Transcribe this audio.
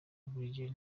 brig